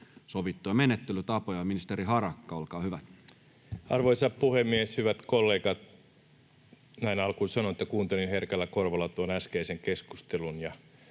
voimaansaattamiseksi Time: 18:12 Content: Arvoisa puhemies! Hyvät kollegat! Näin alkuun sanon, että kuuntelin herkällä korvalla tuon äskeisen keskustelun ja